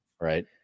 Right